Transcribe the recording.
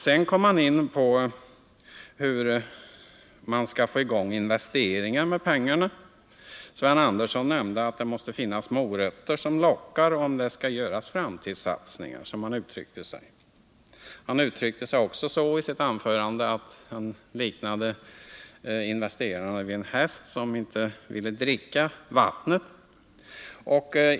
Sedan kom Sven Andersson in på hur man skall få i gång investeringar med pengarna. Det måste finnas morötter som lockar om det skall göras framtidssatsningar, som han uttryckte sig. Han liknade också investerarna vid hästar som inte vill dricka vatten.